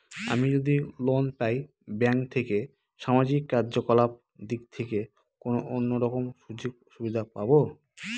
আমি যদি লোন পাই ব্যাংক থেকে সামাজিক কার্যকলাপ দিক থেকে কোনো অন্য রকম সুযোগ সুবিধা পাবো?